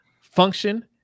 function